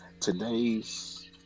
Today's